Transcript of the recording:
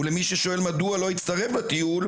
ולמי ששואל למה הוא לא הצטרף לטיול,